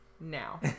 now